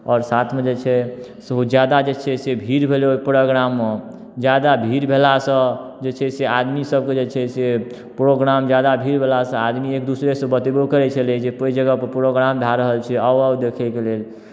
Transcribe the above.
आओर साथ मऽ जे छै सेहो ज्यादा जे छै से भीड़ भेलै ओइ प्रोग्राम मऽ ज्यादा भीड़ भेला सँ जे छै से आदमीसभके जे छै से प्रोग्राम ज्यादा भीड़ भेलासँ आदमी एकदूसरेसँ बतेबो करै छलै जे प ओहि जगहपर प्रोग्राम भए रहल छै आउ आउ देखयके लेल